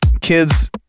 kids